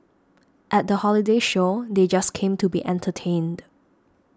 at the holiday show they just came to be entertained